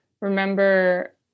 remember